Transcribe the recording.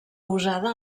usada